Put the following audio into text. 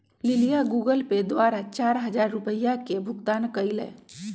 लिलीया Google Pay द्वारा चार हजार रुपिया के भुगतान कई लय